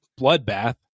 bloodbath